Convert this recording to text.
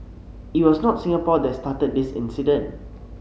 it was not Singapore that started this incident